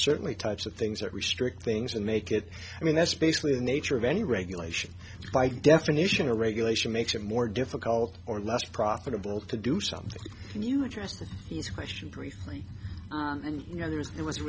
certainly types of things that restrict things and make it i mean that's basically the nature of any regulation by definition or regulation makes it more difficult or less profitable to do something and you address the easy question briefly and you know there was there was a